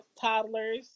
toddlers